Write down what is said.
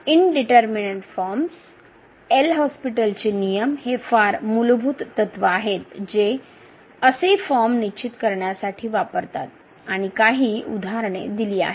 म्हणूनच indeterminate forms L हॉस्पिटलचे LHospitals नियम हे फार मूलभूत तत्त्व आहेत जे असे फॉर्म निश्चित करण्यासाठी वापरतात आणि काही उदाहरणे दिली आहेत